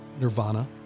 Nirvana